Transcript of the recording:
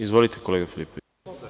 Izvolite, kolega Filipoviću.